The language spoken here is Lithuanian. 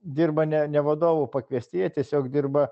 dirba ne ne vadovų pakviesti jie tiesiog dirba